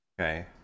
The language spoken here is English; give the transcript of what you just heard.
okay